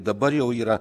dabar jau yra